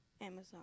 Amazon